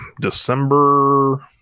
December